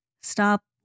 stop